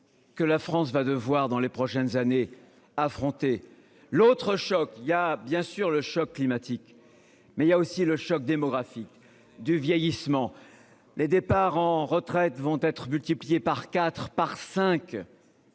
Que la France va devoir dans les prochaines années. Affronter l'autre choc il y a bien sûr le choc climatique mais il y a aussi le choc démographique du vieillissement. Les départs en retraite, vont être multipliés par 4 par 5.